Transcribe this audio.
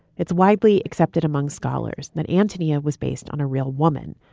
it's widely accepted among scholars that antonia was based on a real woman.